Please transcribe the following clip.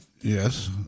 Yes